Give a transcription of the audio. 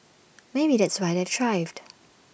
maybe that's why they've thrived